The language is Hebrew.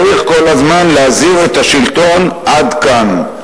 צריך כל הזמן להזהיר את השלטון, עד כאן,